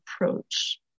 approach